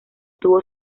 tuvo